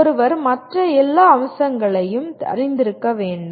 ஒருவர் மற்ற எல்லா அம்சங்களையும் அறிந்திருக்க வேண்டும்